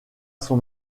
son